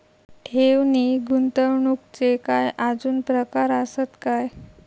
ठेव नी गुंतवणूकचे काय आजुन प्रकार आसत काय?